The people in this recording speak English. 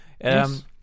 Yes